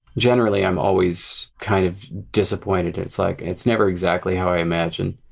generally i'm always kind of disappointed. it's like it's never exactly how i imagined.